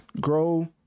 grow